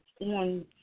on